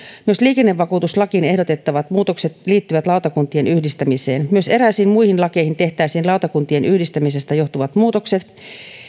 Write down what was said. myös liikennevakuutuslakiin ehdotettavat muutokset liittyvät lautakuntien yhdistämiseen myös eräisiin muihin lakeihin tehtäisiin lautakuntien yhdistämisestä johtuvat muutokset